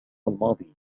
الماضي